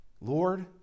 Lord